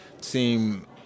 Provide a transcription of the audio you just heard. seem